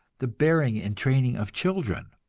the bearing and training of children.